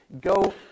go